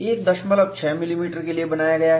यह 16 मिलीमीटर के लिए बनाया गया है